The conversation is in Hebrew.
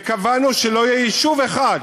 וקבענו שלא יהיה יישוב אחד